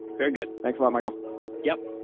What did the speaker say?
very good thanks michael yup.